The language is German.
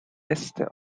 äste